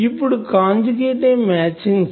ఇప్పుడు conjugate matching conjugate matching